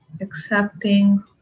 accepting